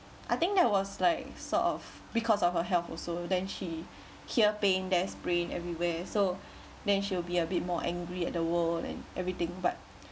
I think there was like sort of because of her health also then she here pain there's sprained everywhere so then she will be a bit more angry at the world and everything but